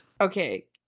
Okay